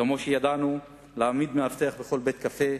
כמו שידענו להעמיד מאבטח בכל בית-קפה,